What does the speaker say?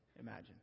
imagine